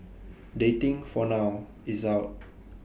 dating for now is out